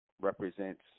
represents